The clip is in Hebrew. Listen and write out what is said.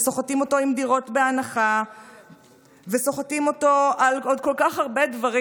וסוחטים אותו עם דירות בהנחה וסוחטים אותו על עוד כל כך הרבה דברים.